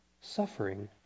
suffering